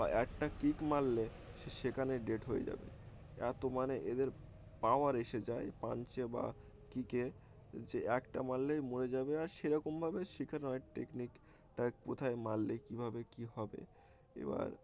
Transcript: বা একটা কিক মারলে সে সেখানে ডেড হয়ে যাবে এতো মানে এদের পাওয়ার এসে যায় পাঞ্চে বা কিকে যে একটা মারলেই মরে যাবে আর সেরকমভাবে শেখানো হয় টেকনিকটা কোথায় মারলে কীভাবে কী হবে এবার